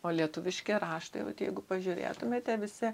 o lietuviški raštai vat jeigu pažiūrėtumėte visi